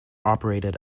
operated